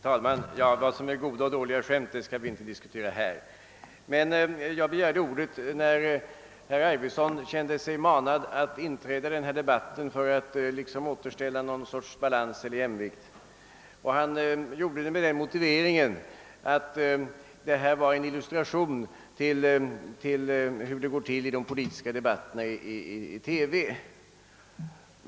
Herr talman! Vad som är goda eller dåliga skämt skall jag inte diskutera nu. Jag begärde ordet med anledning av herr Arvidsons uttalande att han kände sig manad att inträda i denna debatt för att på något sätt återställa en jämvikt, vilket han gjorde under motiveringen att denna diskussion var en illustration till hur det går till i de politiska debatterna i TV.